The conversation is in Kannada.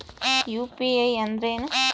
ಯು.ಪಿ.ಐ ಅಂದ್ರೇನು?